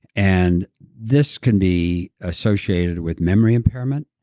and this can be associated with memory impairment,